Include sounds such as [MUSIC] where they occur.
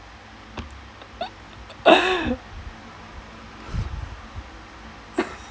[LAUGHS]